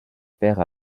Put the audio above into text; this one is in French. père